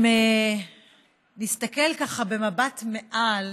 אם נסתכל ככה במבט מעל